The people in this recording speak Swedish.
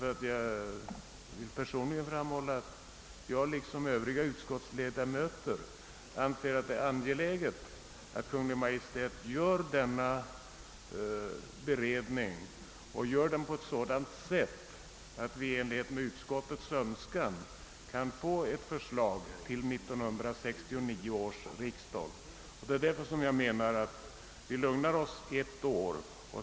Jag vill framhålla att jag liksom övriga utskottsledamöter anser att det är angeläget att Kungl. Maj:t gör denna beredning så att vi i enlighet med utskottets önskan kan få ett förslag till 1969 års riksdag. Därför menar jag att vi skall lugna oss ett år.